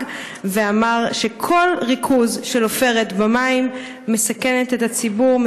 ואמר שכל ריכוז של עופרת במים מסכן את הציבור,